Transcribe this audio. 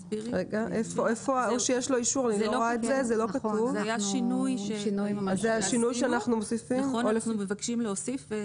זה שינוי שאנחנו מבקשים להוסיף.